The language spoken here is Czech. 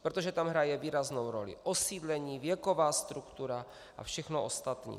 Protože tam hraje výraznou roli osídlení, věková struktura a všechno ostatní.